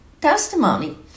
testimony